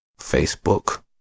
Facebook